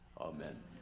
Amen